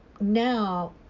now